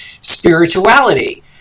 spirituality